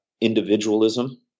individualism